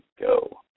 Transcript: go